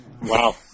wow